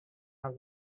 have